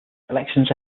elections